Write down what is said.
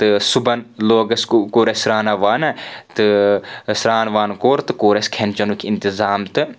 تہٕ صُبحن لوگ اسہِ کوٚر اسہِ سرٛانا وانا تہٕ سرٛان وان کوٚر تہٕ کوٚر اسہِ کھٮ۪ن چٮ۪نُکھ انتظام تہٕ